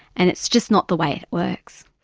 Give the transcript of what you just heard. and it's just not the way it works.